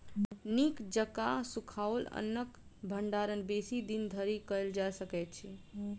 नीक जकाँ सुखाओल अन्नक भंडारण बेसी दिन धरि कयल जा सकैत अछि